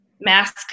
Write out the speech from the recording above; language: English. mask